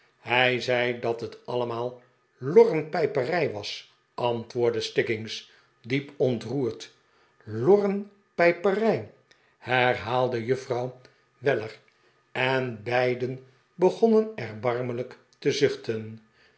hij zei dat het allemaal lorrenpijperij was antwoordde stiggins diep ontroerd lorrenpijperij herhaalde juffrouw welde pickwick club ler en beiden begonnen erbarmelijk te zuchten